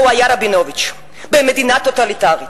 כי הוא היה "רבינוביץ" במדינה טוטליטרית.